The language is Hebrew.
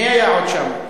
מי היה עוד שם?